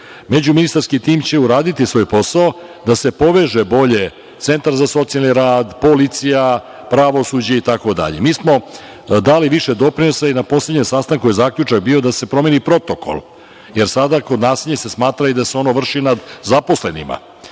Među ministarski tim će uraditi svoj posao da se poveže bolje Centar za socijalni rad, policija, pravosuđe, itd. Mi smo dali više doprinosa i na poslednjem sastanku je zaključak bio da se promeni protokol, jer sada kod nasilja se smatra da se ono vrši sada i kod zaposlenih,